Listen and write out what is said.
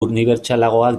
unibertsalagoak